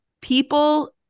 people